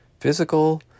Physical